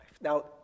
Now